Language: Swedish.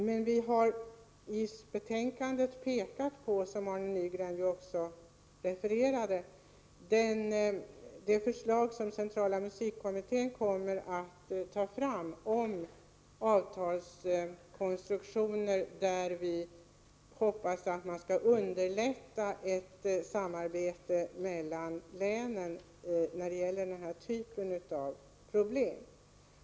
Men vi har i betänkandet pekat på — vilket Arne Nygren också refererade till — det förslag som centrala musikkommittén kommer att ta fram om avtalskonstruktioner. Vi hoppas att man därmed skall underlätta ett samarbete mellan länen när det gäller denna typ av problem.